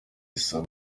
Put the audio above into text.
isaba